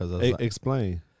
Explain